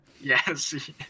Yes